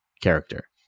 character